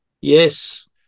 Yes